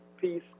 peace